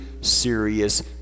serious